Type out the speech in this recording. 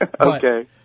Okay